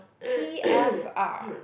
T_F_R